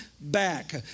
back